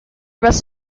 rest